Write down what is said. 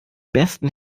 besten